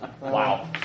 Wow